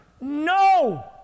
No